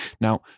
Now